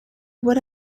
what